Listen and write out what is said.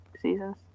seasons